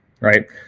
Right